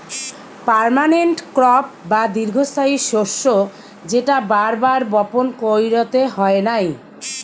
permanent crop বা দীর্ঘস্থায়ী শস্য যেটা বার বার বপণ কইরতে হয় নাই